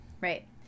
right